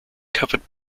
covered